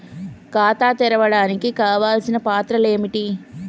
ఖాతా తెరవడానికి కావలసిన పత్రాలు ఏమిటి?